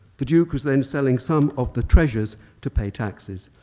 the duke was then selling some of the treasures to pay taxes,